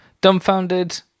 Dumbfounded